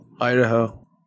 Idaho